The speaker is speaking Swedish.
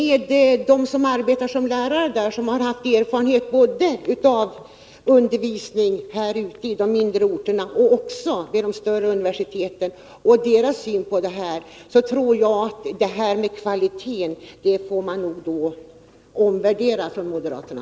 Han borde samtala med lärare som har erfarenhet av undervisning både på de mindre högskoleorterna och vid universiteten. Jag tror att moderaterna då får omvärdera sin syn på kvaliteten i undervisningen vid de mindre högskolorna.